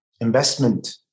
investment